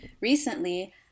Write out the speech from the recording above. recently